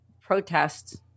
protests